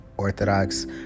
Orthodox